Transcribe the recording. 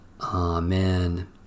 Amen